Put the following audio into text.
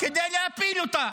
כדי להפיל אותה.